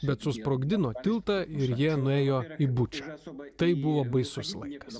bet susprogdino tiltą ir jie nuėjo į bučą tai buvo baisus laikas